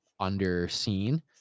underseen